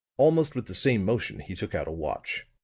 almost with the same motion he took out a watch.